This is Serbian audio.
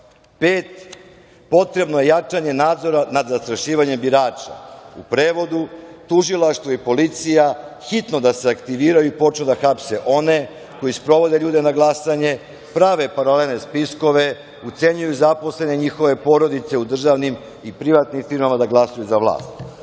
– potrebno je jačanje nadzora nad zastrašivanjem birača. U prevodu – Tužilaštvo i policija hitno da se aktiviraju i počnu da hapse one koji sprovode ljude na glasanje, prave paralelne spiskove, ucenjuju zaposlene i njihove porodice u državnim i privatnim firmama da glasaju za vlast. Pod